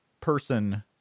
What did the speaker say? person